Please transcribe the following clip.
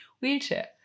wheelchair